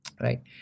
Right